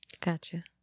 gotcha